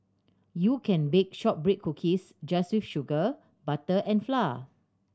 you can bake shortbread cookies just with sugar butter and flour